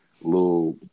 little